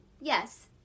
yes